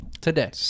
Today